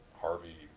Harvey